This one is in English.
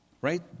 right